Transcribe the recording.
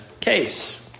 case